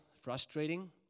frustrating